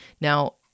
Now